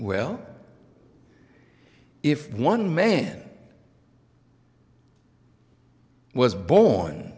well if one man was born